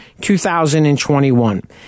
2021